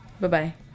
Bye-bye